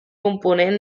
components